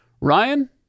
Ryan